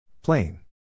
Plain